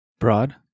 broad